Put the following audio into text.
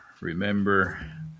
remember